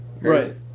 right